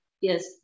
Yes